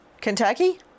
Kentucky